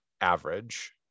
average